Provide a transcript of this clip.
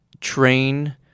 train